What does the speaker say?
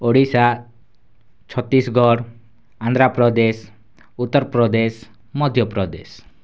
Odisha Chhattisgarh Andhra Pradesh Uttar Pradesh Madhya Pradesh